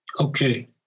Okay